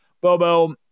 Bobo